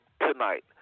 tonight